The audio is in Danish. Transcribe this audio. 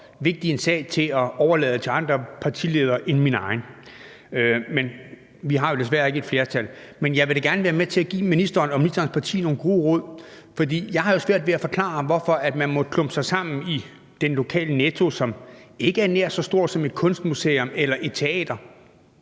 vigtig en sag til at overlade den til andre partiledere end min egen, men vi har desværre ikke et flertal. Men jeg vil da gerne være med til at give ministeren og ministerens parti nogle gode råd, for jeg har jo svært ved at forklare, hvorfor man må klumpe sig sammen i den lokale Netto, som ikke er nær så stor som et kunstmuseum eller et teater,